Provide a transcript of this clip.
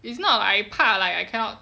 it's not like I 怕 I cannot